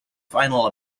final